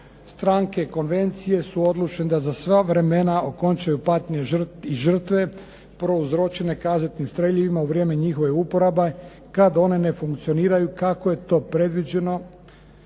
Stranke konvencije su odlučne da za sva vremena okončaju patnje i žrtve prouzročene kazetnim streljivima u vrijeme njihove uporabe kad one ne funkcioniraju kako je to predviđeno